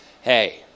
Hey